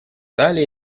далее